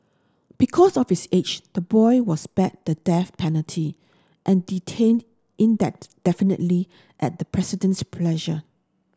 because of his age the boy was spared the death penalty and detained at the President's pleasure